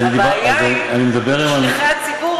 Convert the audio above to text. הבעיה היא עם שליחי הציבור,